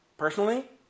Personally